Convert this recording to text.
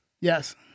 Yes